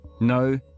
No